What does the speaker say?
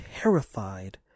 terrified